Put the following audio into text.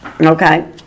Okay